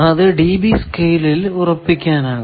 അത് dB സ്കെയിലിൽ ഉറപ്പിക്കാനാകും